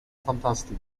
fantastyki